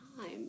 time